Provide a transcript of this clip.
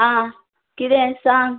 आं कितें सांग